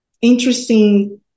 interesting